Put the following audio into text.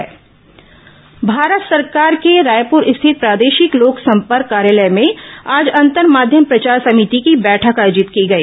प्रचार समिति बैठक भारत सरकार के रायपुर स्थित प्रादेशिक लोकसंपर्क कार्यालय में आज अंतर माध्यम प्रचार सभिति की बैठक आयोजित की गई